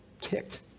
Kicked